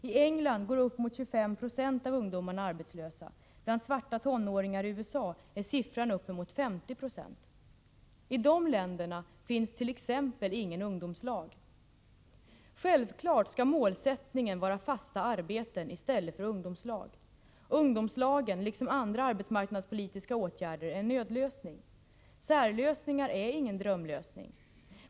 I England går uppemot 25 96 av ungdomarna arbetslösa, och bland svarta tonåringar i USA är siffran uppemot 50 96. I de länderna finns t.ex. inga ungdomslag. Självfallet skall målsättningen vara fasta arbeten i stället för ungdomslag. Ungdomslag, liksom andra arbetsmarknadspolitiska åtgärder, är en nödlösning. Särlösningar är ingen drömlösning.